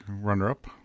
runner-up